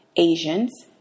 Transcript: Asians